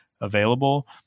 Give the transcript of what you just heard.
available